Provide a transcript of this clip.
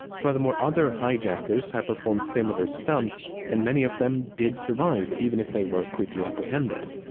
furthermore, other hijackers have performed similar stunts, and many of them did survive, even if they were quickly apprehended.